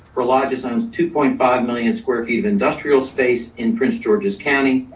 prologis owns two point five million square feet of industrial space in prince george's county.